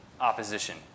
opposition